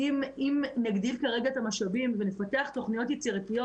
אם נגדיל כרגע את המשאבים ונפתח תכניות יצירתיות